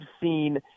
seen